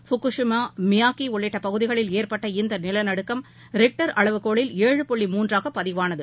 Fukushima மியாகிஉள்ளிட்ட பகுதிகளில் ஏற்பட்ட இந்தநிலநடுக்கம் ரிக்டர் அளவுகோளில் ஏழு புள்ளி மூன்றாகபதிவானது